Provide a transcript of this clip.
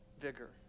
vigor